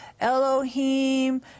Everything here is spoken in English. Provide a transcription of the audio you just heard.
Elohim